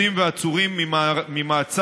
זאת, על מנת לאפשר